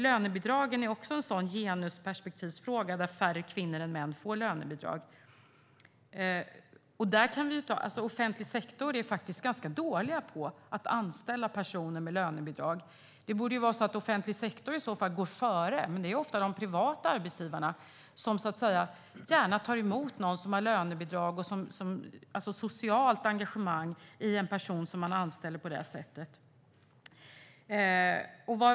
Lönebidragen är också en genusperspektivfråga. Färre kvinnor än män får lönebidrag. Inom offentlig sektor är man faktiskt ganska dålig på att anställa personer med lönebidrag. Offentlig sektor borde gå före. Men det är ofta de privata arbetsgivarna som gärna tar emot någon som har lönebidrag. De har ett socialt engagemang i en person som de anställer på det sättet.